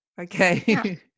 Okay